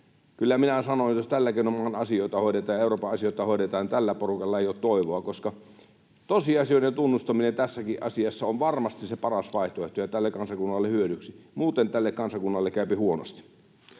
Kyllä minä sanon, että jos tällä keinoin maan asioita hoidetaan ja Euroopan asioita hoidetaan, tällä porukalla ei ole toivoa. Tosiasioiden tunnustaminen tässäkin asiassa on varmasti se paras vaihtoehto ja tälle kansakunnalle hyödyksi. Muuten tälle kansakunnalle käypi huonosti.